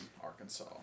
Arkansas